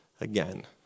again